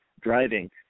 driving